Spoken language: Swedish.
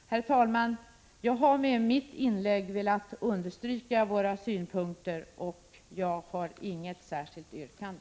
Herr talman! Jag har med mitt inlägg bara velat understryka våra synpunkter, och jag har inget särskilt yrkande.